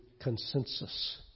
consensus